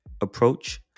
approach